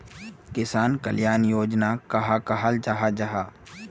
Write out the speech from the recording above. किसान कल्याण योजना कहाक कहाल जाहा जाहा?